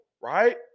right